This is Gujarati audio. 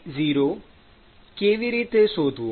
T0 કેવી રીતે શોધવો